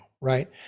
right